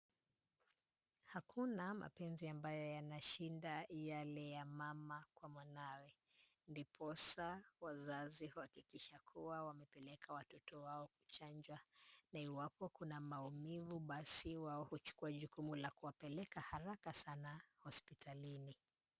Hakuna mapenzi ambayo yanashinda yale ya mama kwa mwanawe. Ndiposa wazazi uhakikisha kuwa wanawapeleka watoto wao kuchanjwa, na iwapo kuna maumivu basi wao huchukua jukumu la kuwapeleka haraka sana hospitalini.